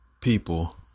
people